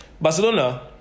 Barcelona